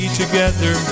together